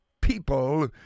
people